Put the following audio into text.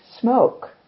Smoke